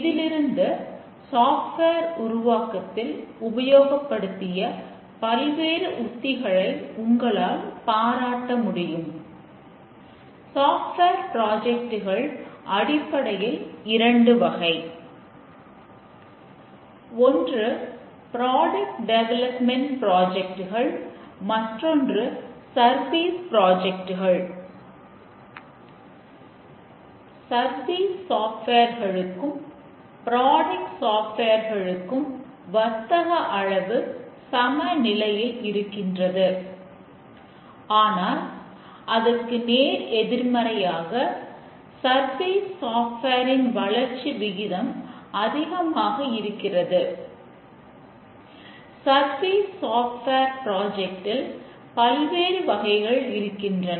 பிழைகள் மற்றும் தவறுகள் ஒத்த பொருள் உடையவை என ஆரம்பத்தில் நாம் கூறிக் கொண்டிருந்தோம் ஆனால் பிறகு ஐஇஇஇ அல்லது குறைபாடுகளை உருவாக்குகிறது